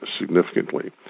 significantly